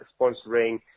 sponsoring